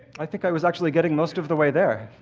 i think i was actually getting most of the way there.